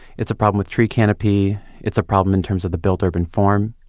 it's a problem with tree canopy. it's a problem in terms of the built urban form.